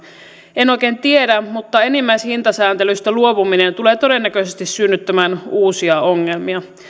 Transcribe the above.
en oikein tiedä mutta enimmäishintasääntelystä luopuminen tulee todennäköisesti synnyttämään uusia ongelmia